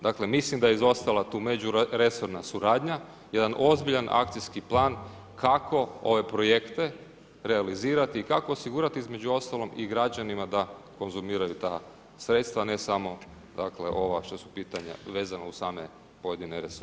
Dakle, mislim da je izostala tu međuresorna suradnja, jedan ozbiljan akcijski plan kako ove projekte realizirati i kako osigurati između ostalog i građanima da konzumiraju ta sredstava a ne samo dakle ova što su pitanja, vezano uz same pojedine resore.